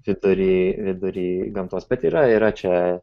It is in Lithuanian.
vidury vidury gamtos bet yra yra čia